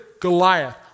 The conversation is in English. Goliath